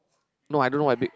no I don't know why babe